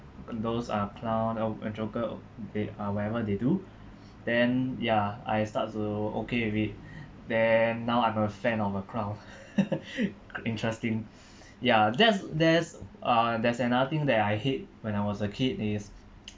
those are clown o~ a joker they uh whatever they do then ya I start to okay with it then now I'm a fan of a clown interesting ya there's there's uh there's another thing that I hate when I was a kid is